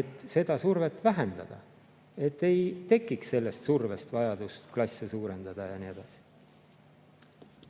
et seda survet vähendada, et ei tekiks selle surve tõttu vajadust klasse suurendada ja nii edasi.